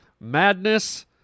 madness